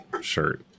shirt